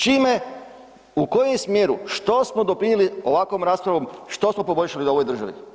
Čime, u kojem smjeru, što smo doprinijeli ovakvom raspravom, što smo poboljšali ovoj državi?